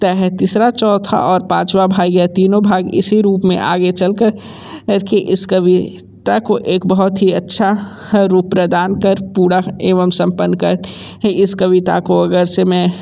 ता है तीसरा चौथा और पाँचवा भाग यह तीनों भाग इसी रूप में आगे चल कर के इस कविता को एक बहुत ही अच्छा रूप प्रदान कर पूरा एवम संपन्न कर के इस कविता को अगर से मैं